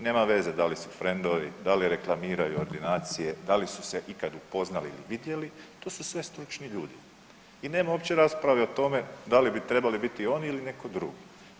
Nema veze da li su frendovi, da li reklamiraju ordinacije, da li su se ikad upoznali ili vidjeli to su sve stručni ljudi i nema uopće rasprave o tome da li bi trebali biti oni ili netko drugi.